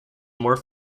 more